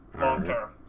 long-term